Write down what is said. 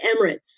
Emirates